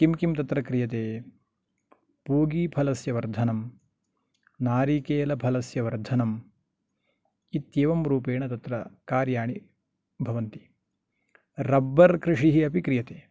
किं किं तत्र क्रियते पूगिफलस्य वर्धनं नारिकेलफलस्य वर्धनम् इत्येवं रूपेण तत्र कार्याणि भवन्ति रब्बर् कृषिः अपि क्रियते